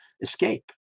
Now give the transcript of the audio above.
escape